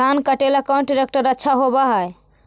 धान कटे ला कौन ट्रैक्टर अच्छा होबा है?